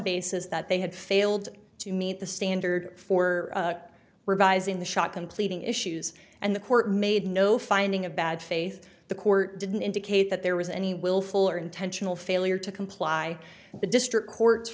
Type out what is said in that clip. basis that they had failed to meet the standard for revising the shot completing issues and the court made no finding a bad faith the court didn't indicate that there was any willful or intentional failure to comply the district court